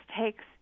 takes